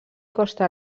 costa